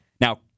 Now